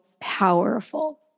powerful